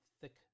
thick